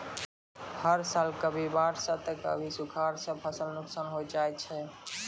हर साल कभी बाढ़ सॅ त कभी सूखा सॅ फसल नुकसान होय जाय छै